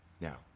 Now